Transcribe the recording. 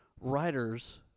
writers